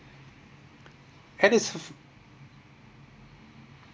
and it's